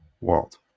world